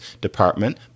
Department